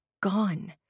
gone